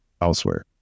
elsewhere